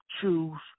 choose